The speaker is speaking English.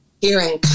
hearing